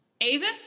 Avis